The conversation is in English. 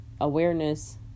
awareness